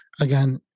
Again